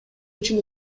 үчүн